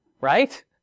right